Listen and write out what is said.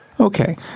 Okay